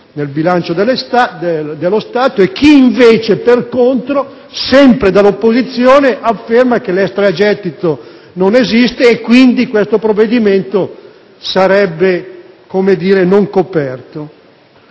nel bilancio dello Stato, e chi, per contro, sempre dall'opposizione, ha affermato che l'extragettito non esiste e quindi questo provvedimento sarebbe non coperto.